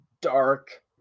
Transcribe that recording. dark